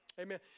Amen